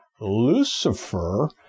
Lucifer